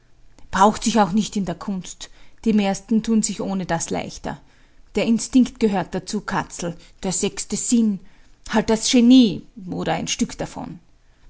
braucht sich auch nicht in der kunst die mehrsten tun sich ohne das leichter der instinkt gehört dazu katzel der sechste sinn halt das genie oder ein stück davon